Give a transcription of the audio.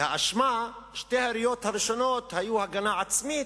והאשמה, שתי היריות הראשונות היו הגנה עצמית,